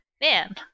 man